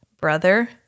brother